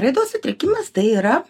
raidos sutrikimas tai yra